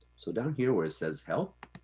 so down here where it says help,